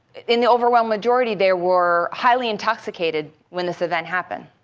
in the overwhelming majority, they were highly intoxicated when this event happened.